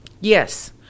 Yes